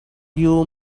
you